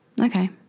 Okay